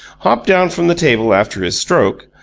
hopped down from the table after his stroke,